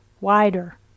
wider